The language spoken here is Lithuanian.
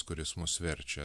kuris mus verčia